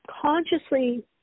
consciously